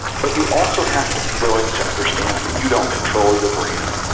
but you also have to be willing to understand that you don't control your brand,